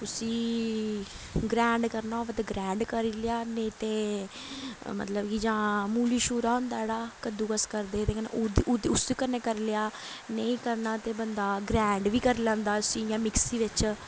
उस्सी ग्राइंड करना होवै ते ग्राइंड करी लेआ नेईं ते मतलब कि जां मूली छूरा होंदा जेह्ड़ा कद्दूकस करदे जेह्दे कन्नै उस कन्नै करी लेआ नेईं करना ते बंदा ग्राइंड बी करी लैंदा उस्सी इ'यां मिक्सी बिच्च